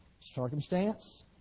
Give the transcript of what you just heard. Circumstance